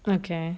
okay